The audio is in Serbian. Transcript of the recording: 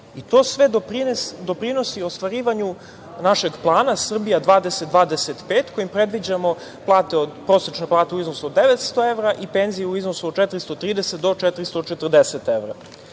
i to sve doprinosi ostvarivanju našeg plana Srbija 2025, kojim predviđamo prosečnu platu u iznosu od 900 evra i penzije u iznosu od 430 do 440 evra. Mi